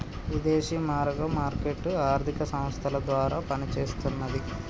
విదేశీ మారక మార్కెట్ ఆర్థిక సంస్థల ద్వారా పనిచేస్తన్నది